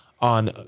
on